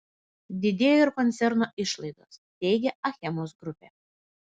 didėjo ir koncerno išlaidos teigia achemos grupė